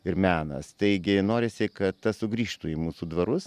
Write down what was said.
ir menas taigi norisi kad tas sugrįžtų į mūsų dvarus